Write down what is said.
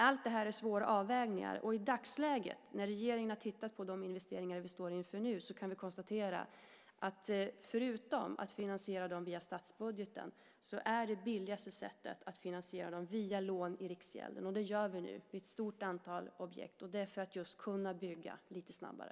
Allt detta är svåra avvägningar. Och i dagsläget, när regeringen har tittat på de investeringar som vi står inför nu, kan vi konstatera att det billigaste sättet att finansiera dem är, förutom via statsbudgeten, via lån i Riksgälden. Och det gör vi nu när det gäller ett stort antal objekt just för att kunna bygga lite snabbare.